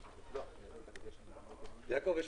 יעקב, יש